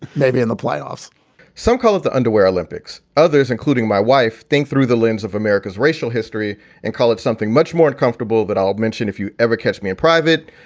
maybe in the playoffs some call it the underwear olympics. others, including my wife, think through the lens of america's racial history and call it something much more comfortable. but i'll mention if you ever catch me in private.